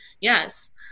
yes